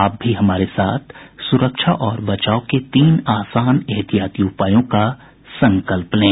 आप भी हमारे साथ सुरक्षा और बचाव के तीन आसान एहतियाती उपायों का संकल्प लें